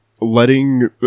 letting